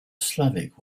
slavic